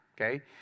okay